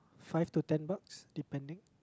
five to ten bucks depending